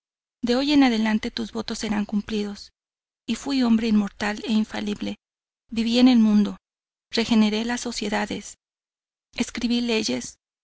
de hoy en adelante tus votos serán cumplidos y fui hombre inmortal e infalible viví en el mundo regeneré las sociedades escribí leyes